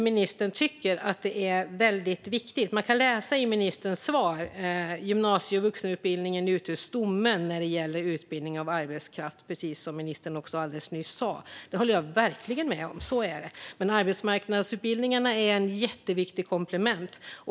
Ministern sa nyss i sitt svar att gymnasie och vuxenutbildningen utgör stommen när det gäller utbildning av arbetskraft, och det håller jag verkligen med om. Men arbetsmarknadsutbildningarna är ett jätteviktigt komplement.